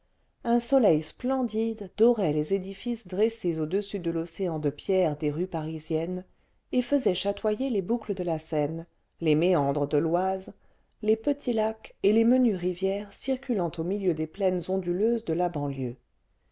un soleil splendide dorait les édifices dressés audessus de l'océan de pierre des rues parisiennes et faisait chatoyer les boucles de la seine les méandres de l'oise les petits lacs et les menues rivières circulant au milieu des plaines onduleuses de la banlieue